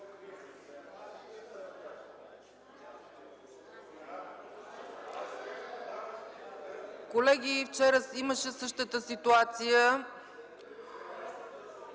Колеги, вчера имаше същата ситуация,